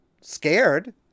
scared